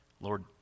Lord